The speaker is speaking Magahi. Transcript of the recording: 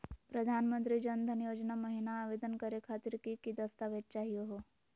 प्रधानमंत्री जन धन योजना महिना आवेदन करे खातीर कि कि दस्तावेज चाहीयो हो?